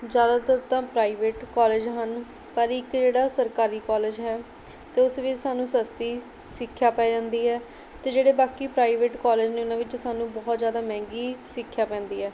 ਜ਼ਿਆਦਾਤਰ ਤਾਂ private college ਹਨ ਪਰ ਇੱਕ ਜਿਹੜਾ ਸਰਕਾਰੀ ਕੋਲਜ ਹੈ ਅਤੇ ਉਸ ਵਿੱਚ ਸਾਨੂੰ ਸਸਤੀ ਸਿੱਖਿਆ ਪੈ ਜਾਂਦੀ ਹੈ ਅਤੇ ਜਿਹੜੇ ਬਾਕੀ ਪ੍ਰਾਈਵੇਟ ਕੋਲਜ ਨੇ ਉਹਨਾਂ ਵਿੱਚ ਸਾਨੂੰ ਬਹੁਤ ਜ਼ਿਆਦਾ ਮਹਿੰਗੀ ਸਿੱਖਿਆ ਪੈਂਦੀ ਹੈ